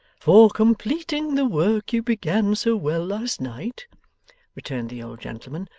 for completing the work you began so well last night returned the old gentleman.